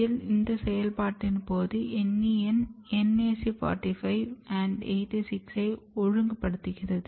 APL இந்த செயல்பாட்டின் போது NEN NAC45 and 86 ஐ ஒழுங்குபடுத்துகிறது